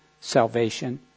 salvation